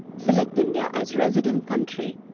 select india as resident country